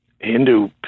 Hindu